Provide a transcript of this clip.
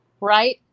right